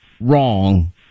wrong